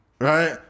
Right